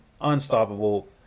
unstoppable